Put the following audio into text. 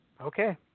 Okay